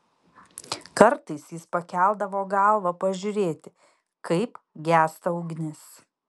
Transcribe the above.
kartais jis pakeldavo galvą pažiūrėti kaip gęsta ugnis